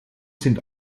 sind